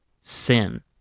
sin